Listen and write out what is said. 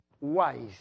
wise